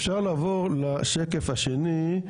אפשר לעבור לשקף השני,